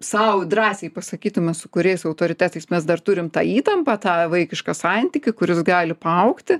sau drąsiai pasakytume su kuriais autoritetais mes dar turim tą įtampą tą vaikišką santykį kuris gali paaugti